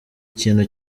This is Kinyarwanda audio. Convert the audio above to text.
kintu